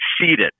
seated